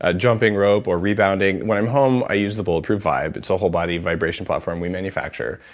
ah jumping rope or rebounding. when i'm home, i use the bulletproof vibe. it's a whole body vibration platform we manufacture.